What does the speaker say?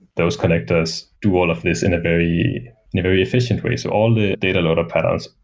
those connectors do all of these in a very very efficient way. so all the data loader patterns,